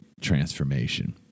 transformation